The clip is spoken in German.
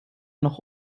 noch